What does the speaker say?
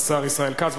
השר ישראל כץ.